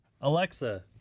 Alexa